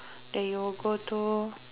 that you will go to